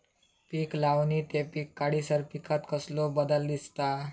पीक लावणी ते पीक काढीसर पिकांत कसलो बदल दिसता?